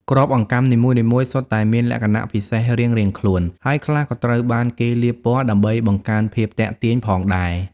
គ្រាប់អង្កាំនីមួយៗសុទ្ធតែមានលក្ខណៈពិសេសរៀងៗខ្លួន ហើយខ្លះក៏ត្រូវបានគេលាបពណ៌ដើម្បីបង្កើនភាពទាក់ទាញផងដែរ។